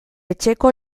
etxeko